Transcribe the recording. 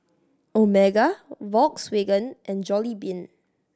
Omega Volkswagen and Jollibean